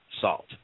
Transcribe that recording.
salt